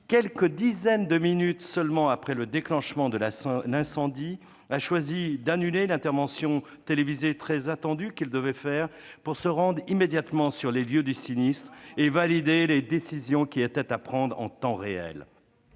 quelques dizaines de minutes seulement après le déclenchement de l'incendie, a choisi d'annuler l'intervention télévisée très attendue qu'il devait faire pour se rendre immédiatement sur les lieux du sinistre et valider les décisions qui étaient à prendre en temps réel.